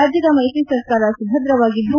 ರಾಜ್ಯದ ಮೈತ್ರಿ ಸರ್ಕಾರ ಸುಭದ್ರವಾಗಿದ್ದು